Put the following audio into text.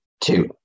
two